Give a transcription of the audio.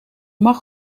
mag